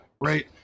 Right